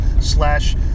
slash